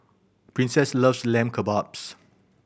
Princess loves Lamb Kebabs